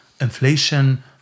inflation